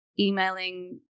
Emailing